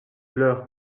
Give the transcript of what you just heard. leur